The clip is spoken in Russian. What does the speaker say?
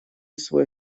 свой